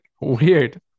Weird